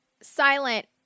Silent